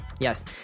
Yes